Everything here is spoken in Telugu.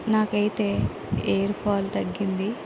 నాకైతే హెయిర్ ఫాల్ తగ్గింది